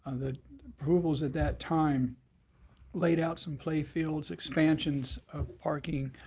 and the approvals at that time laid out some play fields, expansions of parking,